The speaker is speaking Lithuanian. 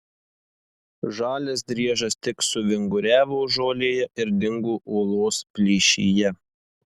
žalias driežas tik suvinguriavo žolėje ir dingo uolos plyšyje